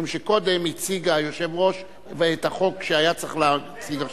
משום שקודם הציג היושב-ראש את החוק שהיה צריך להציג עכשיו.